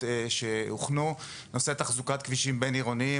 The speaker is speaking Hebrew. שהוכנו: נושא תחזוקת כבישים בין-עירוניים,